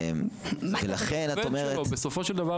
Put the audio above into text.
זאת אומרת שיש לנו פה איזשהו פירוק.